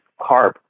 carb